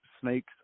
snakes